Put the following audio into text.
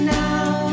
now